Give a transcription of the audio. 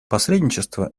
посредничество